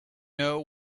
know